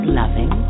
loving